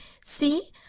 see!